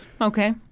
Okay